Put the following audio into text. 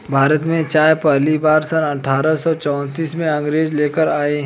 भारत में चाय पहली बार सन अठारह सौ चौतीस में अंग्रेज लेकर आए